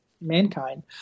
mankind